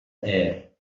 air